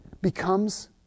becomes